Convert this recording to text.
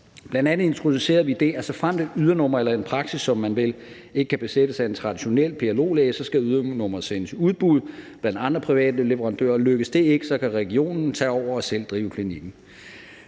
Bl.a. introducerede vi det, at såfremt et ydernummer eller en praksis, om man vil, ikke kan besættes af en traditionel PLO-læge, så skal ydernummeret sendes i udbud blandt andre private leverandører, og lykkes det ikke, så kan regionen tage over og selv drive klinikken.